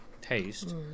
taste